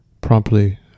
promptly